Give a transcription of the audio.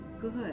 good